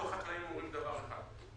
אנחנו החקלאים אומרים דבר אחד,